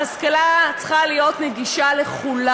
ההשכלה צריכה להיות נגישה לכולם.